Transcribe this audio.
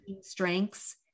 strengths